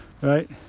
right